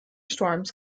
storms